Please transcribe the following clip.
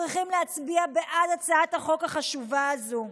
צריכים להצביע בעד הצעת החוק החשובה הזאת.